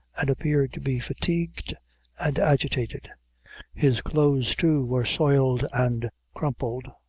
and appeared to be fatigued and agitated his clothes, too, were soiled and crumpled,